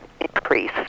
increase